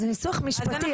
זה ניסוח משפטי,